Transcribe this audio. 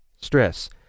stress